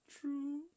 True